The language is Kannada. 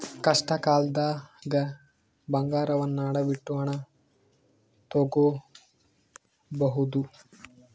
ಕಷ್ಟಕಾಲ್ದಗ ಬಂಗಾರವನ್ನ ಅಡವಿಟ್ಟು ಹಣ ತೊಗೋಬಹುದು